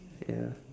ya